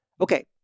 Okay